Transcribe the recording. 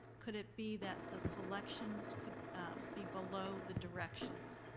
could it be that the selections could be below the directions?